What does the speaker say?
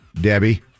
Debbie